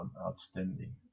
outstanding